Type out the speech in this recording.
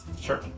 Sure